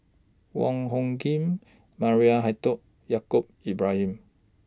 Wong Hung Khim Maria Hertogh Yaacob Ibrahim